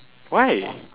why